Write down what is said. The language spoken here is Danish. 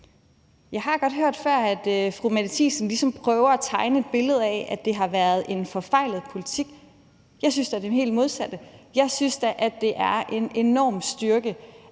Jeg har godt hørt før, at fru Mette Thiesen ligesom prøver at tegne et billede af, at det har været en forfejlet politik – jeg synes da, den er det helt modsatte. Jeg synes da, at det er en enorm styrke,